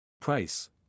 Price